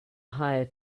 hire